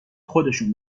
خودشون